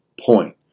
point